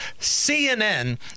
CNN